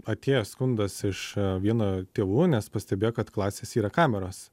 atėjo skundas iš vieno tėvų nes pastebėjo kad klasėse yra kameros